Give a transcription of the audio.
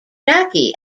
jackie